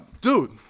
dude